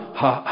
ha